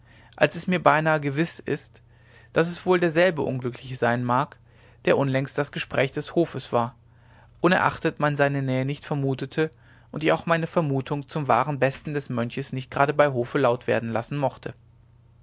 als es mir beinahe gewiß ist daß es wohl derselbe unglückliche sein mag der unlängst das gespräch des hofes war unerachtet man seine nähe nicht vermutete und ich auch meine vermutung zum wahren besten des mönchs nicht gerade bei hofe laut werden lassen mochte